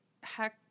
heck